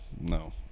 No